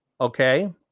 Okay